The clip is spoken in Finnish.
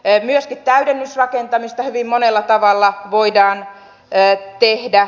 myöskin täydennysrakentamista hyvin monella tavalla voidaan tehdä